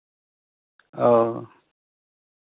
ᱚ